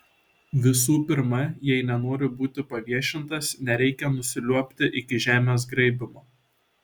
visų pirma jei nenori būti paviešintas nereikia nusiliuobti iki žemės graibymo